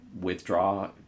withdraw